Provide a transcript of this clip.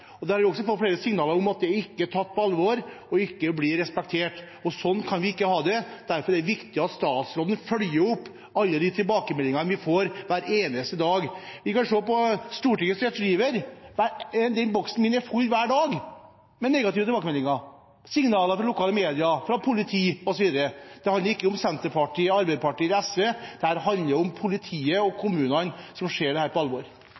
Der har vi også fått flere signaler om at dette ikke er tatt på alvor, ikke blir respektert, og sånn kan vi ikke ha det. Derfor er det viktig at statsråden følger opp alle de tilbakemeldingene vi får hver eneste dag. Vi kan se på Stortingets Retriever-tjeneste. Den boksen min er full hver dag med negative tilbakemeldinger, signaler fra lokale media, fra politi osv. Det handler ikke om Senterpartiet, Arbeiderpartiet eller SV. Dette handler om politiet og om kommunene som ser dette på alvor. Det er ikkje tvil om at ein her